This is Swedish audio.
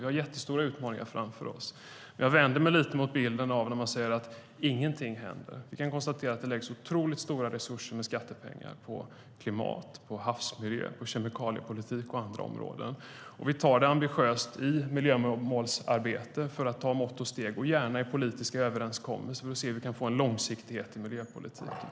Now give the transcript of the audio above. Vi har jättestora utmaningar framför oss, men jag vänder mig lite mot bilden att inget händer. Det läggs stora resurser i form av skattepengar på klimat, havsmiljö, kemikaliepolitik och andra områden. Vi har ett ambitiöst miljömålsarbete och gör gärna politiska överenskommelser för att få en långsiktighet i miljöpolitiken.